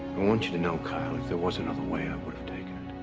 i want you to know kyle, if there was another way, i would have taken